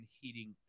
heating